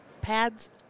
pads